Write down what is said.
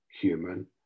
human